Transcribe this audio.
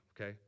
okay